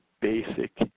basic